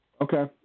Okay